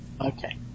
Okay